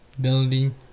building